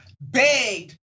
Begged